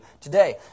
today